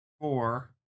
four